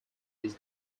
his